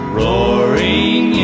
roaring